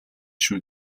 шүү